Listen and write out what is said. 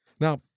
Now